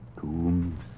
tombs